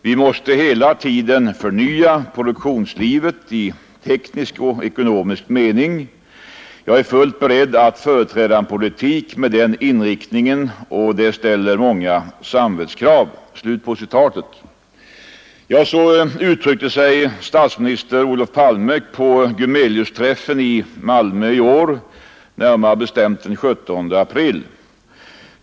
Vi måste hela tiden förnya produktionslivet i teknisk och ekonomisk mening. Jag är fullt beredd att företräda en politik med den inriktningen och det ställer många samvetskrav.” Så uttryckte sig statsminister Palme på Gumeliusträffen i Malmö den 17 april i år.